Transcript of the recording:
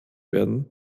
werden